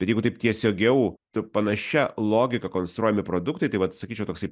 bet jeigu taip tiesiogiau tai panašia logika konstruojami produktai tai vat sakyčiau toksai